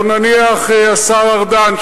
או נניח השר ארדן,